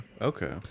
Okay